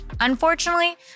Unfortunately